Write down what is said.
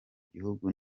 gihugu